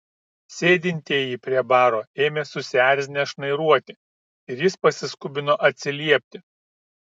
sėdintieji prie baro ėmė susierzinę šnairuoti ir jis pasiskubino atsiliepti